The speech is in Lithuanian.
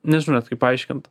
nežinau net kaip paaiškint